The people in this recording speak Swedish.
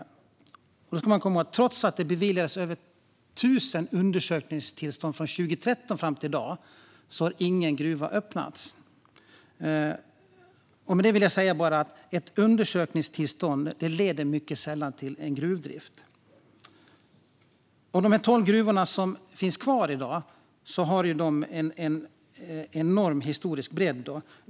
Man ska komma ihåg att trots att det beviljats över tusen undersökningstillstånd från 2013 och fram till i dag har ingen ny gruva öppnats. Med det vill jag säga att ett undersökningstillstånd mycket sällan leder till gruvdrift. De tolv gruvorna som finns kvar i dag har en enorm historisk bredd.